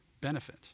benefit